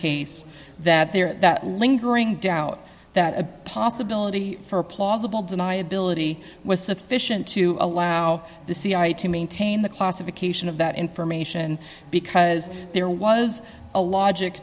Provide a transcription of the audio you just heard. case that there that lingering doubt that a possibility for plausible deniability was sufficient to allow the cia to maintain the classification of that information because there was a logic